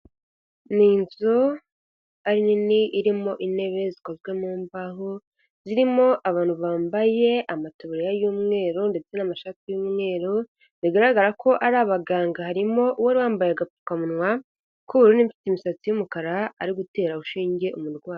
Ni inzu ari nini irimo intebe zikozwe mu mbaho, zirimo abantu bambaye amatuburiya y'umweru, ndetse n'amashati y'umweru, bigaragara ko ari abaganga, harimo uwari wambambaye agapfukamunwa k'ubururu, ufite imisatsi y'umukara, ari gutera urushinge umurwayi.